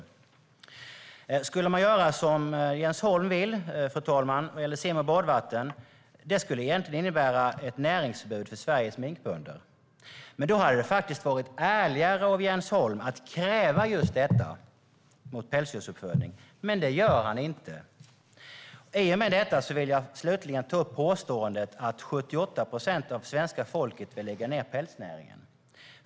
Om man skulle göra som Jens Holm vill när det gäller sim och badvatten, fru talman, skulle det innebära ett näringsförbud för Sveriges minkbönder. Det hade faktiskt varit ärligare av Jens Holm att kräva just detta - ett förbud mot pälsdjursuppfödning - men det gör han inte. I och med detta vill jag slutligen ta upp påståendet att 78 procent av svenska folket vill lägga ned pälsnäringen.